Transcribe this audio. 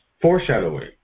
foreshadowing